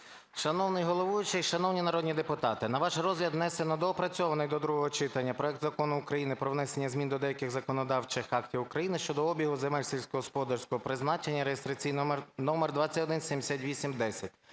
Шановний головуючий, шановні народні депутати, на ваш розгляд внесено доопрацьований до другого читання проект Закону України про внесення змін до деяких законодавчих актів України щодо обігу земель сільськогосподарського призначення (реєстраційний номер 2178-10).